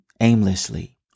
aimlessly